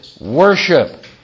worship